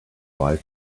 buy